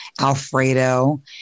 Alfredo